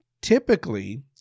Typically